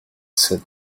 said